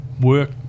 work